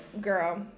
Girl